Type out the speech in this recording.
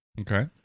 Okay